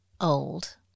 old